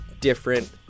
different